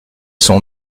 sont